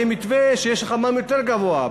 ואז יהיה מתווה שיש לך מע"מ יותר גבוה.